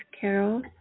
carol